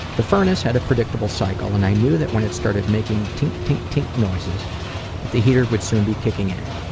the furnace had a predictable cycle and i knew that when it started making tink-tink-tink noises that the heater would soon be kicking in.